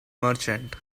merchant